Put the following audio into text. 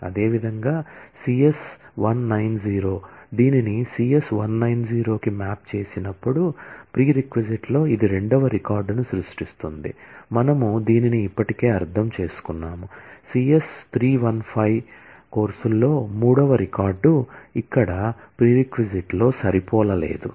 అదేవిధంగా సిఎస్ 190 దీనిని సిఎస్ 190 కి మ్యాప్ చేసినప్పుడు ప్రీరెక్లో ఇది రెండవ రికార్డ్ను సృష్టిస్తుంది మనము దీనిని ఇప్పటికే అర్థం చేసుకున్నాము సిఎస్ 315 కోర్సుల్లో మూడవ రికార్డ్ ఇక్కడ ప్రీరెక్లో సరిపోలలేదు